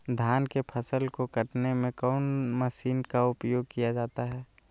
धान के फसल को कटने में कौन माशिन का उपयोग किया जाता है?